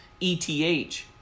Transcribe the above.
ETH